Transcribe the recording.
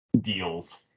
deals